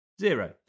zero